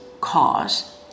cause